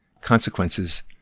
consequences